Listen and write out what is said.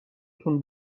تون